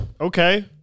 Okay